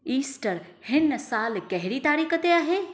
Easter हिन सालु कहिड़ी तारीख़ ते आहे